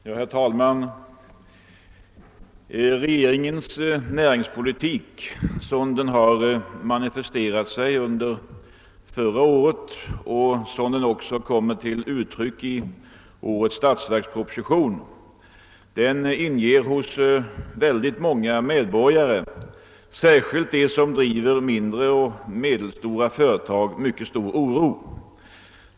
Herr talman! Regeringens näringspolitik såsom den manifesterat sig under förra året och såsom den också kommit till uttryck i årets statsverksproposition inger hos många medborgare, särskilt hos dem som driver mindre och medelstora företag, mycket stor oro.